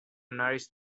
nourish